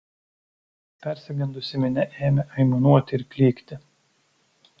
persigandusi minia ėmė aimanuoti ir klykti